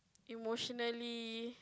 emotionally